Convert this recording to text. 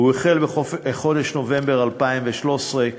הוא החל בחודש נובמבר 2013,